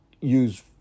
use